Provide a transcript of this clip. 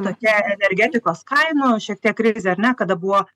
tokia energetikos kainų šiek tiek krizė ar ne kada buvo